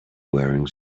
wearing